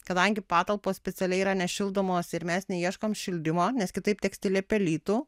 kadangi patalpos specialiai yra nešildomos ir mes neieškom šildymo nes kitaip tekstilė pelytų